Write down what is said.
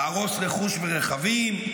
להרוס רכוש ורכבים,